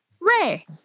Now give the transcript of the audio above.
Ray